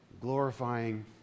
glorifying